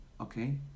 Okay